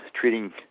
treating